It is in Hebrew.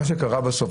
מה שקרה בסוף,